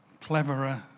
cleverer